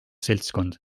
seltskond